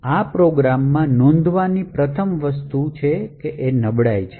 આ પ્રોગ્રામમાં નોંધવાની પ્રથમ વસ્તુ એ નબળાઈ છે